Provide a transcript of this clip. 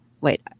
wait